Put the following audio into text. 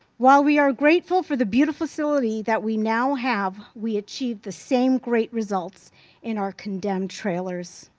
while we are grateful for the beautiful facility that we now have, we achieve the same great results in our condemned trailers.